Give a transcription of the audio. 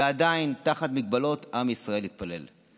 ועדיין עם ישראל התפלל תחת מגבלות.